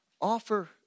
Offer